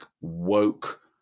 woke